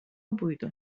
buydu